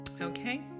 Okay